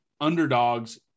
underdogs